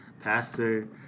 pastor